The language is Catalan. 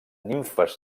nimfes